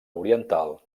oriental